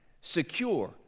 Secure